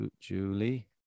Julie